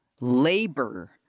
Labor